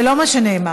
זה לא מה שנאמר.